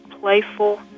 playful